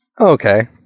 Okay